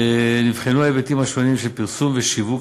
בחן את ההיבטים השונים של פרסום ושיווק